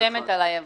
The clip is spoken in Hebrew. חותמת על הייבוא.